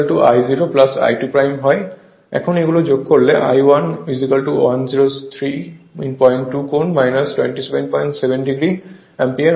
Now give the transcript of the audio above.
এখন এগুলো যোগ করলে I11032 কোণ 277 o অ্যাম্পিয়ার হবে